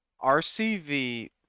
rcv